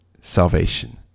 salvation